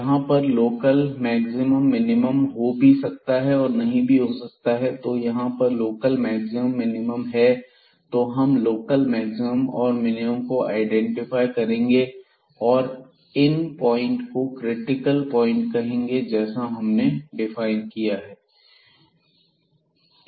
यहां पर local maximum minimum हो भी सकता है और नहीं भी हो सकता है तो यदि यहां पर लोकल मैक्सिमम मिनिमम है तो हम लोकल मैक्सिमम और मिनिमम को आईडेंटिफाई करेंगे और इन पॉइंट को क्रिटिकल प्वाइंट कहेंगे जैसा हमने डिफाइन किया है